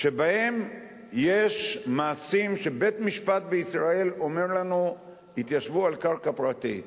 שבהם יש מעשים שבית-משפט בישראל אומר לנו: התיישבו על קרקע פרטית,